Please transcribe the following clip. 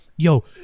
Yo